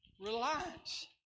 Reliance